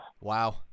Wow